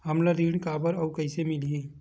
हमला ऋण काबर अउ कइसे मिलही?